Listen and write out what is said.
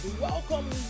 Welcome